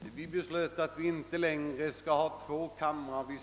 Vi beslöt då också att inte längre ha två kamrar utan en.